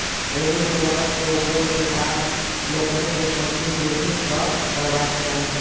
एहि उर्वरक के उपयोग किसान लोकनि के सोचि बुझि कअ करबाक चाही